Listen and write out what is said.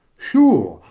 sure,